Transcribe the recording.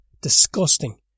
Disgusting